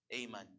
Amen